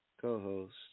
co-host